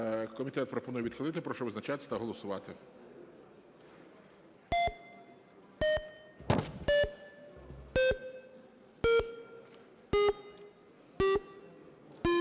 комітет пропонує відхилити. Прошу визначатись та голосувати.